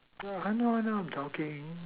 how do I know whether I am bulking